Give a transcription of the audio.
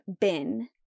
bin